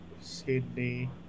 Sydney